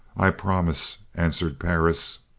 i promise, answered perris.